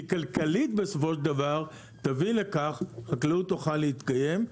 שכלכלית בסופו של דבר תביא לכך חקלאות תוכל להתקיים,